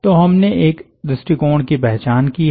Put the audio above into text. तो हमने एक दृष्टिकोण की पहचान की है